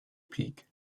peak